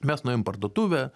mes nuėjom į parduotuvę